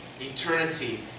eternity